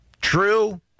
True